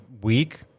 week